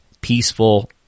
peaceful